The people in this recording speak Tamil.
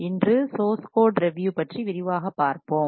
இன்று சோர்ஸ் கோட்ரிவியூ பற்றி விரிவாக பார்ப்போம்